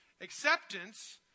Acceptance